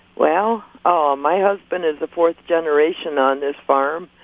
well, ah my husband is the fourth generation on this farm,